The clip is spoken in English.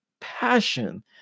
passion